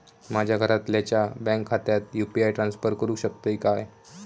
माझ्या घरातल्याच्या बँक खात्यात यू.पी.आय ट्रान्स्फर करुक शकतय काय?